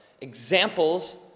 examples